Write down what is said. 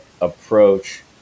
approach